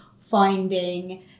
finding